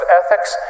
ethics